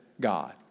God